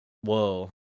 Whoa